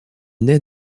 naît